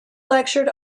lectured